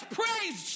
praise